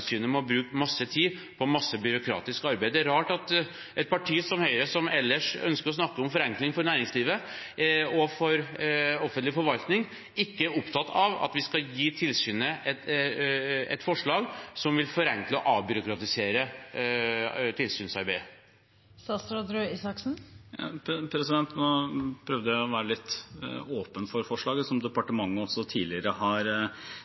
bruke masse tid på masse byråkratisk arbeid. Det er rart at et parti som Høyre, som ellers ønsker å snakke om forenkling for næringslivet og for offentlig forvaltning, ikke er opptatt av at vi skal gi tilsynet et tiltak som vil forenkle og avbyråkratisere tilsynsarbeidet. Nå prøvde jeg å være litt åpen for forslaget. Som departementet tidligere har